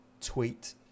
tweet